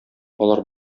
алар